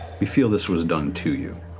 we feel this was done to you.